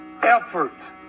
Effort